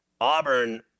Auburn